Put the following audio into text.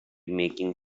making